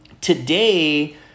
Today